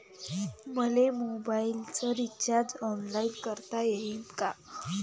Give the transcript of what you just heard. मले मोबाईलच recharge online करता येईन का?